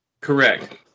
Correct